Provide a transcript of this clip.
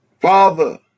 Father